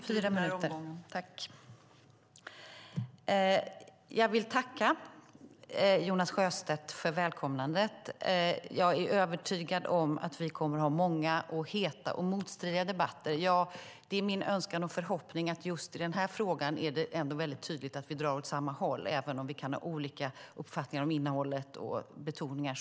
Fru talman! Jag tackar Jonas Sjöstedt för välkomnandet. Jag är övertygad om att vi kommer att ha många och heta och motstridiga debatter. Det är dock min önskan och förhoppning att det i just denna fråga är tydligt att vi drar åt samma håll, även om vi kan ha olika uppfattning om innehåll och betoningar.